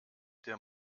der